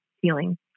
feeling